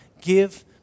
give